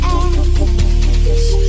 edge